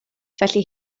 felly